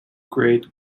grade